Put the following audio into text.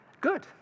Good